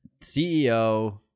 CEO